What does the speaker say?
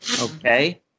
Okay